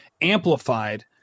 amplified